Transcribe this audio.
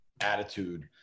attitude